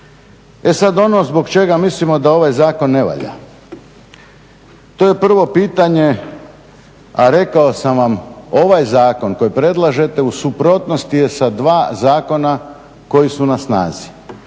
E sada ono zbog čega mislimo da ovaj zakon ne valja. To je prvo pitanje, a rekao sam vam ovaj zakon koji predlažete u suprotnosti je sa dva zakona koji su na snazi.